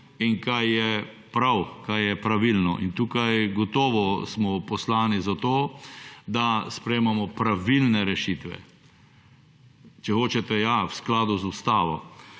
in kaj je prav, kaj je pravilno in tukaj gotovo smo poslani za to, da sprejmemo pravilne rešitve. Če hočete, ja, v skladu z Ustavo